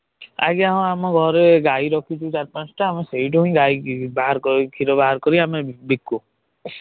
ଆଜ୍ଞା ହଁ ଆମ ଘରେ ଗାଈ ରଖିଛୁ ଚାରି ପାଞ୍ଚଟା ଆମେ ସେଇଠୁ ହିଁ ଗାଈ ବାହାର କ୍ଷୀର ବାହାର କରି ଆମେ ବିକୁ